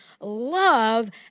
love